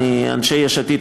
אנשי יש עתיד,